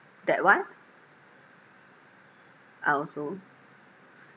that one I also